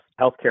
healthcare